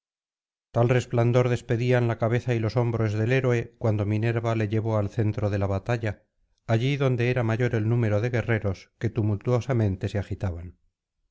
tal resplandor despedían la cabeza y los hombros del héroe cuando minerva le llevó al centro de la batalla allí donde era mayor el número de guerreros que tumultuosamente se agitaban